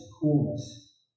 coolness